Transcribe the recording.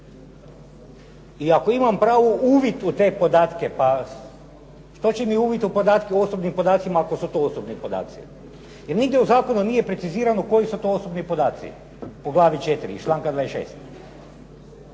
I ako imam pravo na uvid u te podatke, pa što će mi uvid o osobnim podacima ako su to osobni podaci? Jer nigdje u zakonu nije precizirano koji su to osobni podaci u glavi 4 iz članka 26.